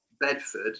bedford